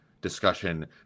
discussion